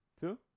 Two